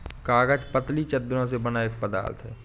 कागज पतली चद्दरों से बना एक पदार्थ है